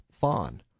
fawn